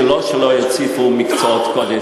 לא שלא יוסיפו להם מקצועות קודש,